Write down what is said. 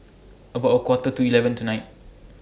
about A Quarter to eleven tonight